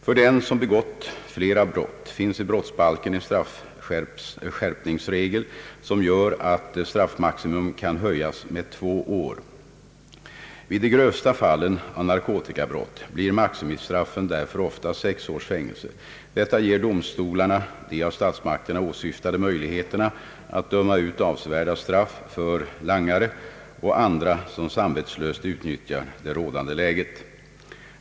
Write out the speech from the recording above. För den som begått flera brott finns i brottsbalken en straffskärpningsregel som gör att straffmaximum kan höjas med två år. Vid de grövsta fallen av narkotikabrott blir straffmaximum därför ofta sex års fängelse. Detta ger domstolarna de av statsmakterna åsyftade möj ligheterna att döma ut avsevärda straff för langare och andra som samvetslöst utnyttjar det rådande läget.